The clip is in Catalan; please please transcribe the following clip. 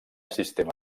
sistema